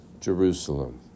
Jerusalem